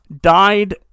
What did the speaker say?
died